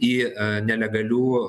į nelegalių